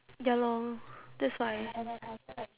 ya lor that's why